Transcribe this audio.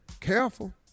Careful